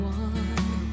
one